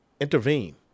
intervene